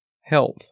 health